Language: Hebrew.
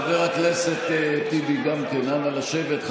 גם חבר הכנסת טיבי, נא לשבת.